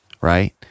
right